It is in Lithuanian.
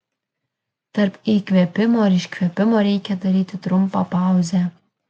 tarp įkvėpimo ir iškvėpimo reikia daryti trumpą pauzę